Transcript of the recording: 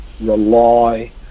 rely